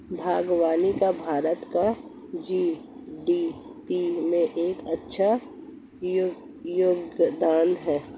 बागवानी का भारत की जी.डी.पी में एक अच्छा योगदान है